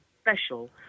special